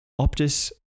Optus